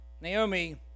Naomi